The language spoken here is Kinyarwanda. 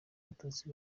abatutsi